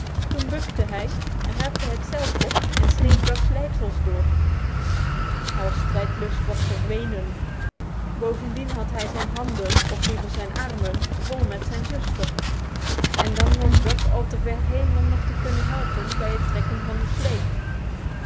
toen bukte hij zich raapte het zelf op en sneed buck's leidsels door hal's strijdlust was verdwenen bovendien had hij zijn handen of liever zijn armen vol met zijn zuster en dan was buck al te ver heen om nog te kunnen helpen bij het trekken van de slee